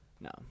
No